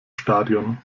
stadion